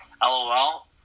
LOL